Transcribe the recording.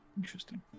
interesting